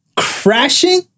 Crashing